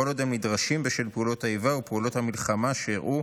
כל עוד הם נדרשים בשל פעולות האיבה או פעולות המלחמה שאירעו,